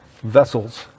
vessels